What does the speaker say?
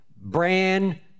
brand